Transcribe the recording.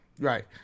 Right